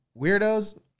weirdos